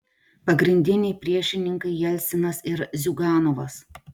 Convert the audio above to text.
pagrindiniai priešininkai jelcinas ir ziuganovas